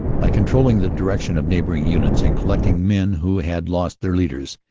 by controlling the direction of neighboring units and collecting men who had lost their leaders,